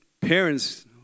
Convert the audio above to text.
parents